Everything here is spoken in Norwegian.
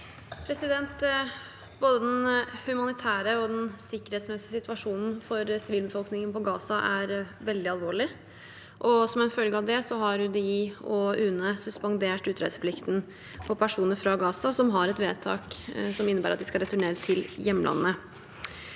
Både den humani- tære og den sikkerhetsmessige situasjonen for sivilbefolkningen i Gaza er veldig alvorlig, og som en følge av det har vi og UNE suspendert utreiseplikten for personer fra Gaza som har et vedtak som innebærer at de skal returnere til hjemlandet.